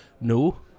no